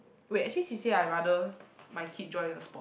wait actually C_C_A I rather my kid join a sport